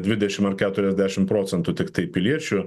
dvidešim ar keturiasdešim procentų tiktai piliečių